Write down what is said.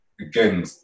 again